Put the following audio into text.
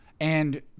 And-